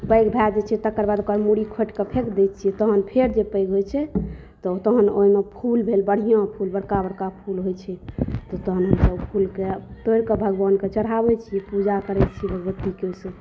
पैघ भए जाइ छै तकर बाद ओकर मुड़ि खोंटिक फेंक दै छियै तहन फेर जे पैघ होइ छै तहन ओहिमे फूल भेल बढ़िआँ फूल बड़का बड़का फूल होइ छै तहन हमसभ फूलकें तोड़िक भगवानके चढ़ाबै छियै पूजा करै छी भगवतीक ओहिसॅं